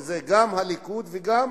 שזה גם הליכוד וגם